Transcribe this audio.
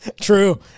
True